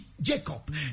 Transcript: Jacob